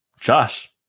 Josh